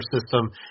system